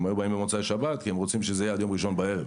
הם היו באים במוצאי שבת כי הם רצו שזה יהיה עד יום ראשון בערב.